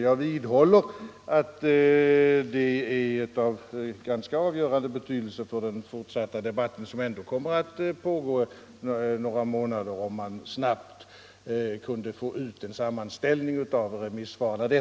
Jag vidhåller att det skulle ha en ganska avgörande betydelse för den fortsatta debatten — som ändå kommer att pågå i några månader —- om man snabbt kunde få ut en sammanställning av remissvaren.